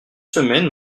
semaine